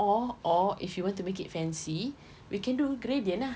or or if you want to make it fancy we can go gradient ah